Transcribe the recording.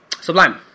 Sublime